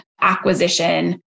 acquisition